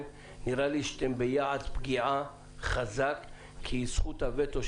- נראה לי שאתם ביעד פגיעה חזק כי זכות הווטו,